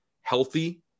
healthy